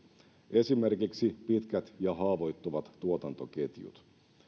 esimerkiksi pitkät ja haavoittuvat tuotantoketjut